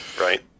right